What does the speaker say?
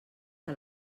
que